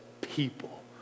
people